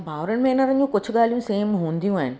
भाउरनि भेनरुनि में कुझु ॻाल्हियूं सेम हूंदियूं आहिनि